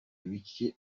biciye